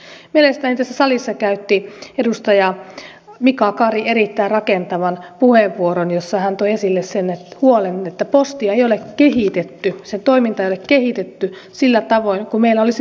mielestäni tässä salissa käytti edustaja mika kari erittäin rakentavan puheenvuoron jossa hän toi esille sen huolen että postia ei ole kehitetty sen toimintaa ei ole kehitetty sillä tavoin kuin meillä olisi mahdollista tehdä